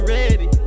ready